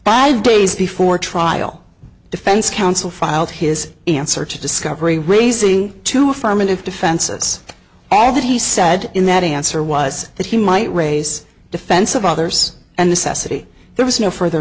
five days before trial defense counsel filed his answer to discovery raising two affirmative defenses all that he said in that answer was that he might race defense of others and the ceci there was no further